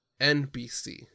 NBC